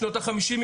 משנות ה-50,